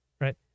Right